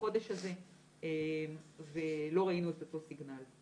החודש הזה ולא ראינו את אותו סיגנל.